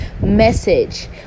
message